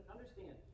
Understand